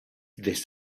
this